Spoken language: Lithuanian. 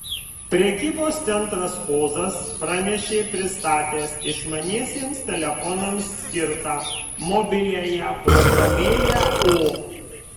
prekybos centras ozas pranešė pristatęs išmaniesiems telefonams skirtą mobiliąją programėlę o